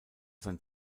sein